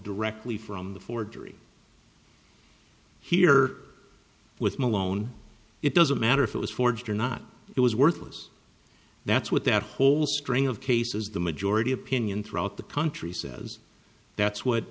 directly from the forgery here with malone it doesn't matter if it was forged or not it was worthless that's what that whole string of cases the majority opinion throughout the country says that's